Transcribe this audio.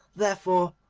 therefore,